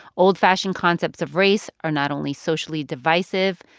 old-fashioned concepts of race are not only socially divisive,